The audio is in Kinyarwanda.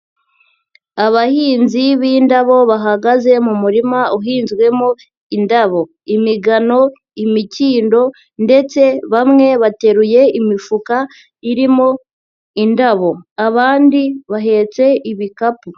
Abahinzi b'indabo bahagaze mu murima uhinzwemo indabo, imigano, imikindo ndetse bamwe bateruye imifuka irimo indabo abandi bahetse ibikapu.